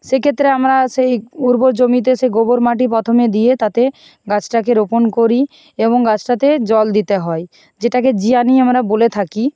সেক্ষেত্রে আমরা সেই উর্বর জমিতে সে গোবর মাটি প্রথমে দিয়ে তারপর তাতে গাছটাকে রোপণ করি এবং গাছটাতে জল দিতে হয় যেটাকে জিয়ানি আমরা বলে থাকি